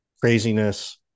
craziness